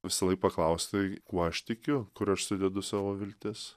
visąlaik paklaust tai kuo aš tikiu kur aš sudedu savo viltis